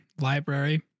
Library